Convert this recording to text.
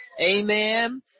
Amen